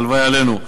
הלוואי עלינו.